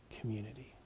community